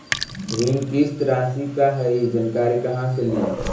ऋण किस्त रासि का हई जानकारी कहाँ से ली?